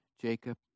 Jacob